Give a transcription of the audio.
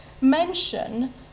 mention